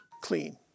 clean